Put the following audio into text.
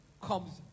comes